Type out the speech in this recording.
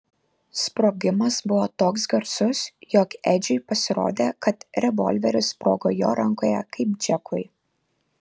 sprogimas buvo toks garsus jog edžiui pasirodė kad revolveris sprogo jo rankoje kaip džekui